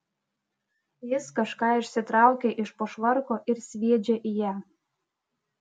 jis kažką išsitraukia iš po švarko ir sviedžia į ją